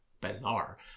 bizarre